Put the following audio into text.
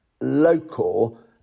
local